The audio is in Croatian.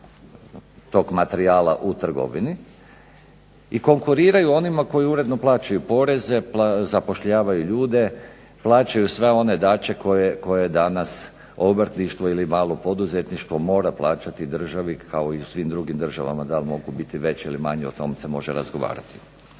tog materijala u trgovini i konkuriraju onima koji uredno plaćaju poreze, zapošljavaju ljude, plaćaju sve one daće koje danas obrtništvo ili malo poduzetništvo mora plaćati državi kao i u svim drugim državama. Da li mogu biti veće ili manje o tome se može razgovarati.